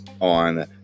on